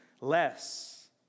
less